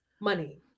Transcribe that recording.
money